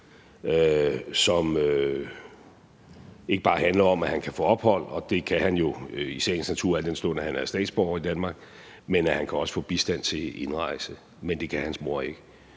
som ikke bare handler om, at han kan få ophold, og det kan han jo i sagens natur, al den stund at han er statsborger i Danmark, men han kan også få bistand til indrejse, men det kan hans mor ikke.